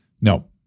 no